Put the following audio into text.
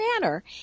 manner